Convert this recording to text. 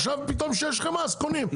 עכשיו כשיש חמאה אז קונים,